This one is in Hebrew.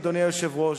אדוני היושב-ראש,